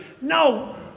No